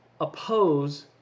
oppose